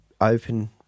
open